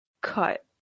cut